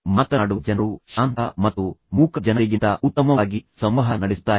ಮಾತನಾಡುವ ಜನರು ಶಾಂತ ಮತ್ತು ಮೂಕ ಜನರಿಗಿಂತ ಉತ್ತಮವಾಗಿ ಸಂವಹನ ನಡೆಸುತ್ತಾರೆ ಎಂಬ ತಪ್ಪು ಸಂವಹನವನ್ನು ಹೊಂದಿರುವ ಇತರರು ಇದ್ದಾರೆ